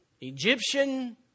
Egyptian